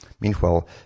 Meanwhile